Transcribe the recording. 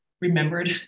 remembered